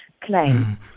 claim